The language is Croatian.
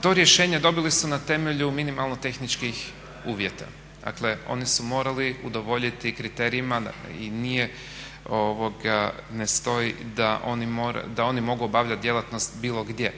To rješenje dobili su na temelju minimalno tehničkih uvjeta. Dakle, oni su morali udovoljiti kriterijima i ne stoji da oni mogu obavljati djelatnost bilo gdje.